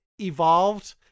evolved